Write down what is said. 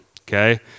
okay